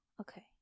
Okay